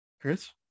Chris